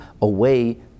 away